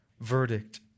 verdict